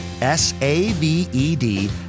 S-A-V-E-D